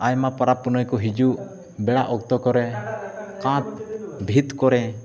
ᱟᱭᱢᱟ ᱯᱚᱨᱚᱵᱽ ᱯᱩᱱᱟᱹᱭ ᱠᱚ ᱦᱤᱡᱩᱜ ᱵᱮᱲᱟ ᱚᱠᱛᱚ ᱠᱚᱨᱮ ᱠᱟᱸᱛ ᱵᱷᱤᱛ ᱠᱚᱨᱮ